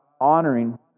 honoring